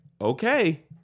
okay